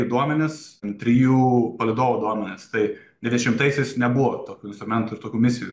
duomenis trijų palydovų duomenis tai dvidešimtaisiais nebuvo tokių instrumentų ir tokių misijų